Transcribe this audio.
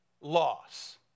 loss